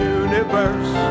universe